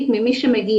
הערבית, ממי שמגיע.